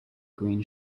green